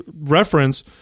reference